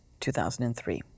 2003